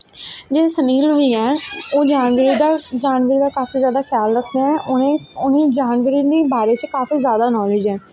जेह्ड़े सीनील बाईयां ऐं ओह् जानवरें दा काफी जादा शायाल रखदे ऐं उनेंगी जानवरें दे बारे च काफी जादा नॉलेज़ ऐ